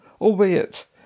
albeit